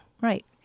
Right